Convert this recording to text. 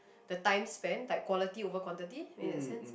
the time spent like quality over quantity in a sense